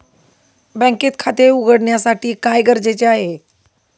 बँकेत खाते उघडण्यासाठी काय गरजेचे आहे?